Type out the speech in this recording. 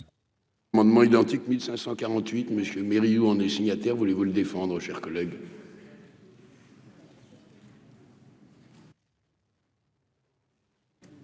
...